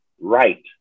right